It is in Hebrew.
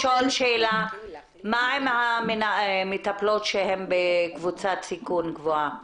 מה עם המטפלות שהן בקבוצת סיכון גבוהה?